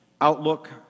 outlook